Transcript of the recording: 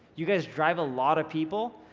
you guys drive a lot of people,